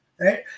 right